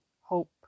hope